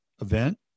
event